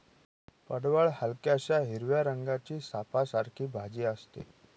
पडवळ हलक्याशा हिरव्या रंगाची सापासारखी भाजी असते